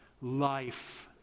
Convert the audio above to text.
life